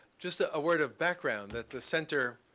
just ah a word of background, that the center,